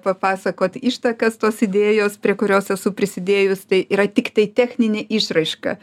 papasakoti ištakas tos idėjos prie kurios esu prisidėjus tai yra tiktai techninė išraiška